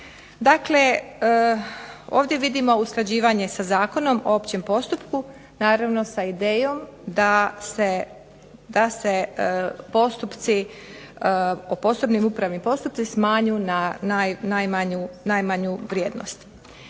Dakle, ovdje vidimo usklađivanje sa Zakonom o općem postupku naravno sa idejom da se postupci posebni upravni postupci smanje na najmanju vrijednost.